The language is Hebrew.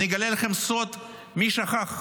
אגלה לכם סוד מי שכח: